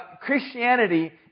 Christianity